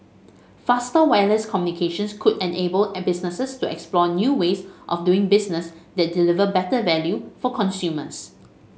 faster wireless communications could enable businesses to explore new ways of doing business that deliver better value for consumers